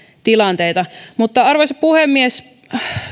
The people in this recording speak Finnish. tilanteita arvoisa puhemies